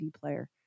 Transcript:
player